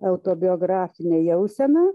autobiografine jausena